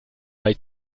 bei